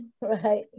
Right